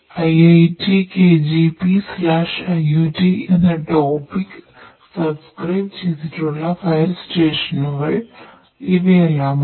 projectiitkgpiot എന്ന topic ഇവയെല്ലാമാണ്